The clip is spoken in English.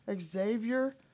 Xavier